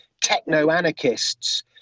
techno-anarchists